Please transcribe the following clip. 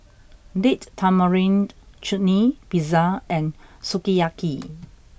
Date Tamarind Chutney Pizza and Sukiyaki